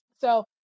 So-